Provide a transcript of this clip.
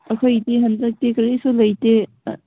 ꯑꯩꯈꯣꯏꯗꯤ ꯍꯟꯗꯛꯇꯤ ꯀꯔꯤꯁꯨ ꯂꯩꯇꯦ